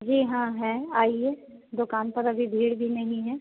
जी हाँ हैं आइए दुकान पर अभी भीड़ भी नहीं है